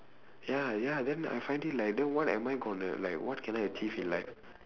ya ya then I find it like then what am I gonna like what can I achieve in life